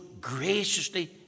graciously